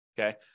Okay